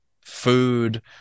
food